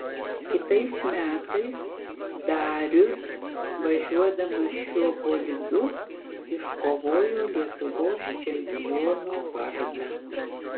kitais metais darius važiuodamas šiuo bolidu iškovojo lietuvos čempiono vardą